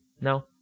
No